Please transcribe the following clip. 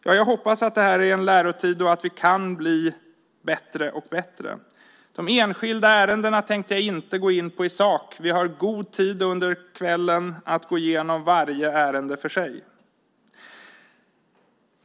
Ja, jag hoppas att det här är en lärotid och att vi kan bli bättre och bättre. De enskilda ärendena tänkte jag inte gå in på i sak. Vi har god tid att gå igenom varje ärende för sig under kvällen.